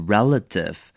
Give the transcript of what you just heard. Relative